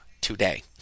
today